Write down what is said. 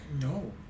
No